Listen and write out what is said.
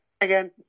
again